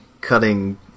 cutting